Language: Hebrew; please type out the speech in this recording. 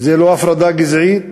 זה לא הפרדה גזעית?